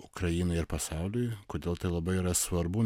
ukrainai ir pasauliui kodėl tai labai yra svarbu